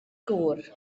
gŵr